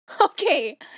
Okay